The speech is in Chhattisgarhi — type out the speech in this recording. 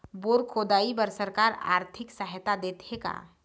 बोर खोदाई बर सरकार आरथिक सहायता देथे का?